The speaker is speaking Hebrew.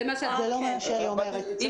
זה לא מה שאני אומרת.